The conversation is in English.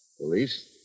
Police